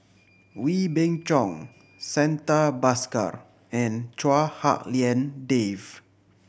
Wee Beng Chong Santha Bhaskar and Chua Hak Lien Dave